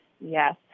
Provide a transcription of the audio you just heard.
Yes